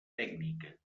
tècnica